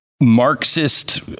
Marxist